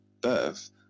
birth